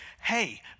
Hey